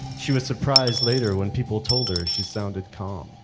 she was surprised later when people told her she sounded calm